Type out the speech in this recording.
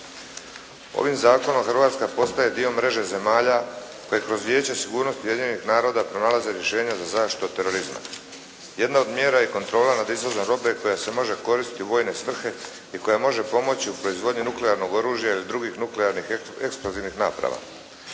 Ovim zakonom Hrvatska postaje dio mreže zemalja koje kroz Vijeće sigurnosti Ujedinjeni naroda pronalaze rješenja za zaštitu od terorizma. Jedna od mjera je kontrola nad izvozom robe koja se može koristiti u vojne svrhe i koja može pomoći u proizvodnju nuklearnog oružja ili drugih nuklearnih eksplozivnih naprava.